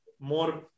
more